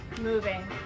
moving